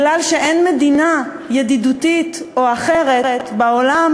מפני שאין מדינה ידידותית או אחרת בעולם